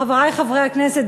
חברי חברי הכנסת,